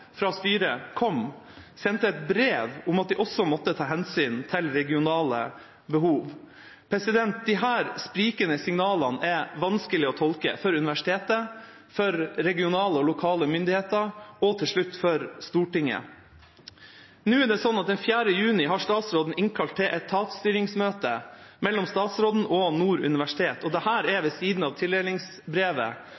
fra styret kom, sendte et brev om at de også måtte ta hensyn til regionale behov. Disse sprikende signalene er vanskelig å tolke for universitetet og for regionale og lokale myndigheter – og til slutt for Stortinget. Nå er det sånn at statsråden har innkalt til etatsstyringsmøte mellom statsråden og Nord universitet den 4. juni, og dette er